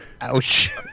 Ouch